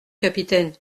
capitaine